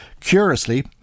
Curiously